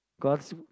God's